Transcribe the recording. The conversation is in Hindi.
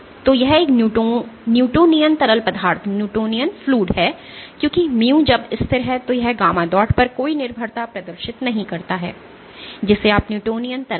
तो यह एक न्यूटोनियन तरल पदार्थ है क्योंकि mu जब स्थिर है तो यह गामा डॉट पर कोई निर्भरता प्रदर्शित नहीं करता है जिसे आप न्यूटोनियन तरल कहते हैं